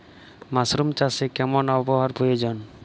Mushroom চাষে কেমন আবহাওয়ার প্রয়োজন?